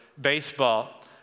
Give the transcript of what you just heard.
baseball